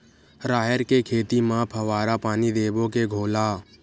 राहेर के खेती म फवारा पानी देबो के घोला?